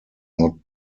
not